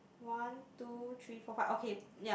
one two three four five okay ya